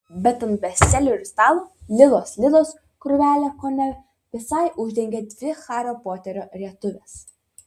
bet ant bestselerių stalo lilos lilos krūvelę kone visai uždengė dvi hario poterio rietuvės